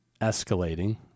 escalating